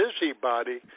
busybody